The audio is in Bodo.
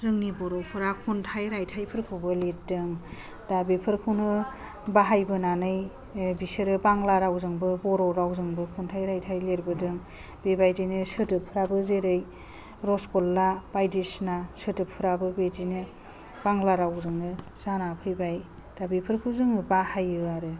जोंनि बर'फोरा खन्थाइ रायथाइफोरखौबो लिरदों दा बेफोरखौनो बाहायबोनानै बिसोरो बांला रावजोंबो बर' रावजोंबो खन्थाइ रायथाइ लिरबोदों बे बेबादिनो सोदोबफ्राबो जेरै रसगल्ला बायदिसिना सोदोबफ्राबो बेदिनो बांला रावजोंबो जानानै फैबाय दा बेफोरखौ जोङो बाहायो आरो